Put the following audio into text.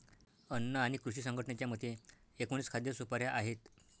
अन्न आणि कृषी संघटनेच्या मते, एकोणीस खाद्य सुपाऱ्या आहेत